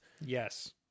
Yes